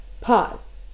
Pause